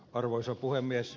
arvoisa puhemies